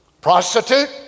Prostitute